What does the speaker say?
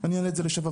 אני אעלה את זה ל-7.5.